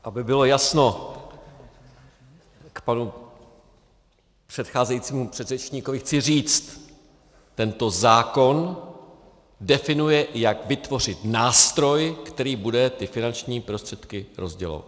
Aby bylo jasno panu předcházejícímu předřečníkovi, chci říct, tento zákon definuje, jak vytvořit nástroj, který bude ty finanční prostředky rozdělovat.